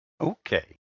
Okay